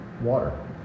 water